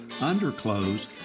underclothes